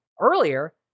earlier